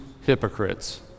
hypocrites